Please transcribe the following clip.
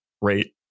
rate